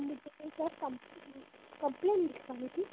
मुझे sir complain लिखवानी थी